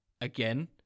again